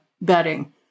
bedding